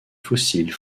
fossiles